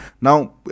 now